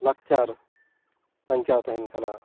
ᱞᱟᱠᱪᱟᱨ ᱵᱟᱧᱪᱟᱣ ᱛᱟᱦᱮᱱ ᱠᱟᱱᱟ